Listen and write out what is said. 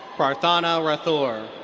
prarartha and rathore.